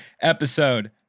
episode